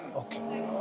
okay.